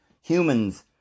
humans